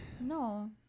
No